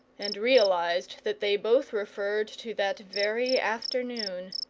and realized that they both referred to that very afternoon.